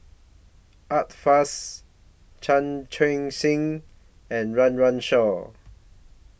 Art Fazil Chan Chun Sing and Run Run Shaw